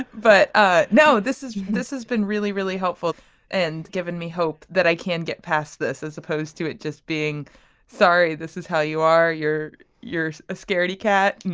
but ah no this is this has been really really helpful and given me hope that i can get past this as opposed to it just being sorry this is how you are. you're you're a scaredy cat.